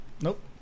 Nope